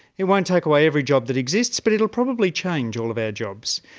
it won't take away every job that exists but it will probably change all of our jobs.